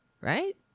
right